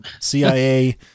cia